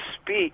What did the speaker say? speak